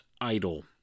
idle